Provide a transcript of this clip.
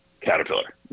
caterpillar